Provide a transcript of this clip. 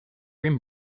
rim